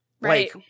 Right